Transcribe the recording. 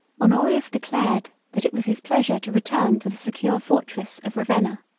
honorius declared that it was his pleasure to return to the secure fortress of ravenna.